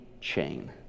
chain